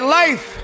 life